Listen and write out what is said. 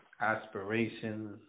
aspirations